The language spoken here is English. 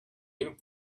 you